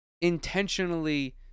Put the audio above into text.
intentionally